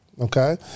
Okay